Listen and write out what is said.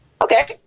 Okay